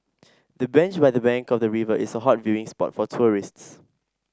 the bench by the bank of the river is a hot viewing spot for tourists